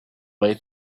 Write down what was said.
way